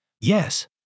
Yes